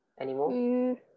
anymore